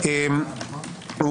ברגע הראשון הוא לא רוצה לחזור לכנסת.